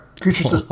creatures